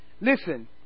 Listen